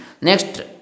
Next